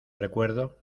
recuerdo